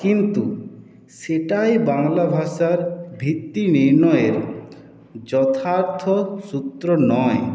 কিন্তু সেটাই বাংলা ভাষার ভিত্তি নির্ণয়ের যথার্থ সূত্র নয়